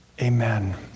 Amen